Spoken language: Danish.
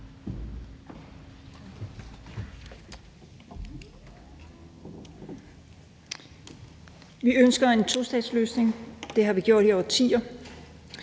Vi ønsker en tostatsløsning, det har vi gjort i årtier,